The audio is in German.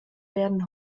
werden